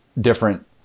different